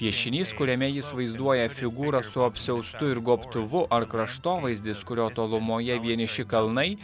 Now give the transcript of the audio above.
piešinys kuriame jis vaizduoja figūrą su apsiaustu ir gobtuvu ar kraštovaizdis kurio tolumoje vieniši kalnai